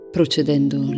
Procedendo